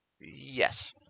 Yes